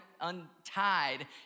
untied